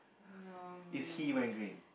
is he wearing green